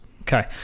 Okay